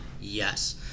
Yes